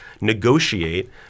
negotiate